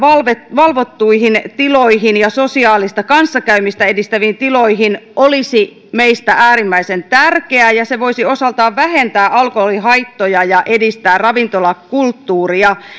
valvottuihin tiloihin ja sosiaalista kanssakäymistä edistäviin tiloihin olisi meistä äärimmäisen tärkeää ja se voisi osaltaan vähentää alkoholihaittoja ja edistää ravintolakulttuuria